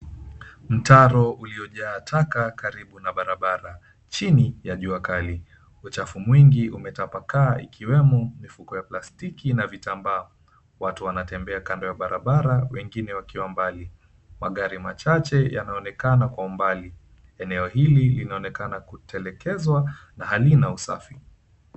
Mtaro uliojaa taka karibu na barabara chini ya jua kali. Uchafu mwingi umetapakaa ikiwemo, mifuko ya plastiki na vitambaa. Watu wanatembea kando ya barabara wengine wakiwa mbali. Magari machache yanaonekana kwa umbali. Eneo hili linaonekana kutelekezwa, na halina usafi.